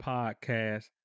Podcast